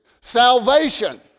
Salvation